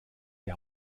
die